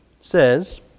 says